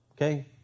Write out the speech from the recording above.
Okay